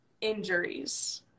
injuries